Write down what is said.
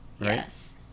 Yes